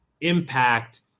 impact